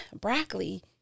broccoli